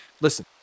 listen